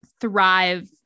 thrive